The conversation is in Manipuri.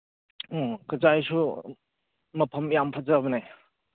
ꯎꯝ ꯀꯆꯥꯏꯁꯨ ꯃꯐꯝ ꯌꯥꯝ ꯐꯖꯕꯅꯦ